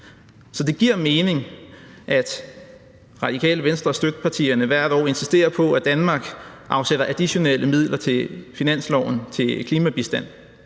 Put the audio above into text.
Så det giver mening, at Radikale Venstre og støttepartierne hvert år insisterer på, at Danmark afsætter additionelle midler på finansloven til klimabistand,